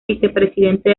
vicepresidente